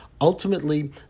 Ultimately